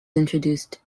introduced